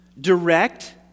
direct